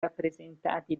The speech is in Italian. rappresentati